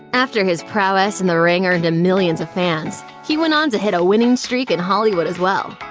after his prowess in the ring earned him millions of fans, he went on to hit a winning streak in hollywood as well.